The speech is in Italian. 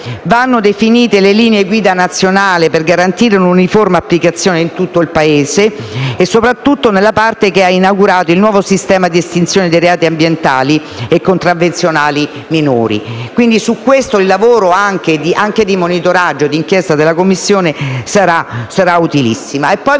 Vanno definite le linee guida nazionali per garantire una uniforme applicazione in tutto il Paese, soprattutto nella parte che ha inaugurato il nuovo sistema di estinzione dei reati ambientali e contravvenzionali minori. Su questo il lavoro di monitoraggio e di inchiesta della Commissione sarà utilissimo.